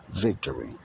Victory